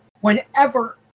whenever